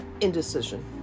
indecision